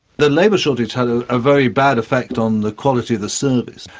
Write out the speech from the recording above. the labour shortage had a ah very bad effect on the quality of the service,